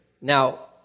Now